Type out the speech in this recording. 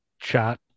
chat